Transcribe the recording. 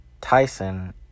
Tyson